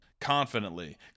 confidently